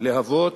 להוות